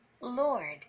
Lord